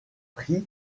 prix